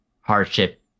hardship